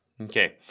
Okay